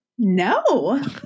No